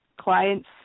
clients